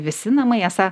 visi namai esą